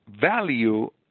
value